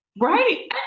Right